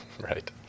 Right